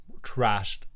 trashed